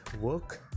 work